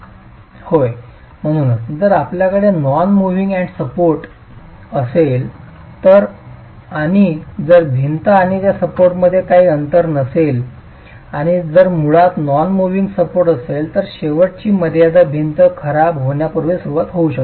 विद्यार्थी होय म्हणूनच जर आपल्याकडे नॉन मूव्हिंग एंड सपोर्ट असेल तर आणि जर भिंत आणि त्या सपोर्टमध्ये काही अंतर नसेल आणि जर मुळात नॉन मूव्हिंग सपोर्ट असेल तर शेवटची मर्यादा भिंती खराब होण्यास सुरवात होऊ शकते